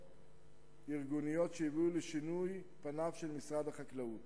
ארגוניות שהביאו לשינוי פניו של משרד החקלאות